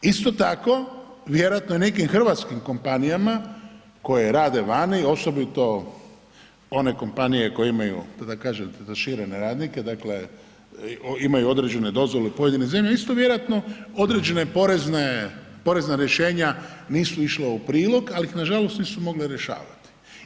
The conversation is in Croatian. Isto tako vjerojatno u nekim hrvatskim kompanijama koje rade vani osobito one kompanije koje imaju da tako kažem ... radnike, dakle imaju određene dozvole u pojedinim zemljama, isto vjerojatno određena porezna rješenja nisu išla u prilog ali ih nažalost nisu mogla rješavati.